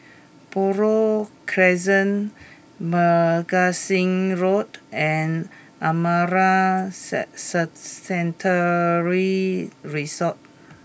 Buroh Crescent Magazine Road and Amara set set Sanctuary Resort